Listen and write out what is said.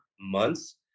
months